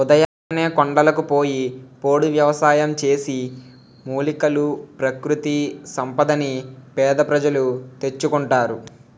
ఉదయాన్నే కొండలకు పోయి పోడు వ్యవసాయం చేసి, మూలికలు, ప్రకృతి సంపదని పేద ప్రజలు తెచ్చుకుంటారు